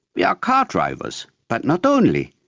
we are car drivers, but not only,